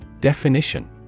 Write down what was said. definition